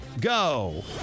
Go